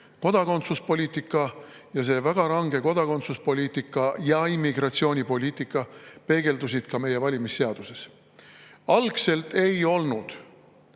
kodakondsuspoliitika. See väga range kodakondsuspoliitika, ja immigratsioonipoliitika, peegeldus ka meie valimisseaduses. Algselt ei olnud